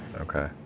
Okay